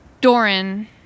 Doran